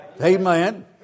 Amen